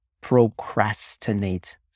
Procrastinate